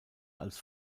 als